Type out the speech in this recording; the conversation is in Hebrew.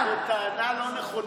זו טענה לא נכונה,